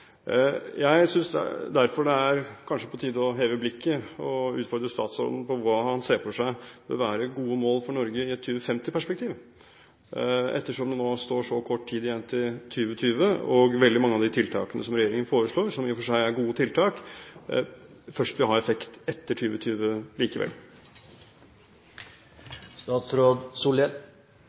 Jeg synes derfor det kanskje er på tide å heve blikket og utfordre statsråden på hva han ser for seg bør være gode mål for Norge i et 2050-perspektiv – ettersom det nå er så kort tid igjen til 2020, og veldig mange av de tiltakene som regjeringen foreslår, som i og for seg er gode tiltak, først vil ha effekt etter 2020 likevel.